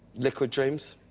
liquid dreams.